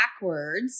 backwards